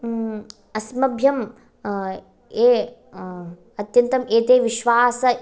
अस्मभ्यं ये अत्यन्तम् एते विश्वासं